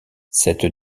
cette